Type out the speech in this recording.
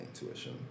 intuition